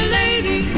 lady